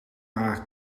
haar